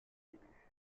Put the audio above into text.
élu